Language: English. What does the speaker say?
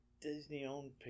Disney-owned